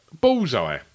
Bullseye